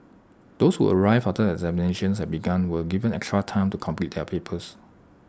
those who arrived after the examinations had begun were given extra time to complete their papers